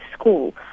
school